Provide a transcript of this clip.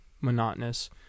monotonous